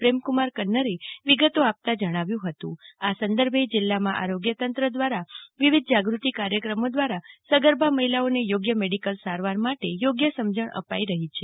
પ્રેમકુમાર કન્નરે વિગતો આપતા જણાવ્યુ હતું આ સંદર્ભે જિલ્લામાં આરોગ્યતંત્ર દ્વારા વિવિધ જાગૃતિ કાર્યક્રમો દ્વારા સેગર્ભા મહિલાઓને થોગ્ય મેડીકલ સારવાર માટે થોગ્ય સમજણ અપાછે રહ્યી છે